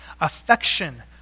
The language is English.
affection